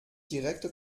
direkte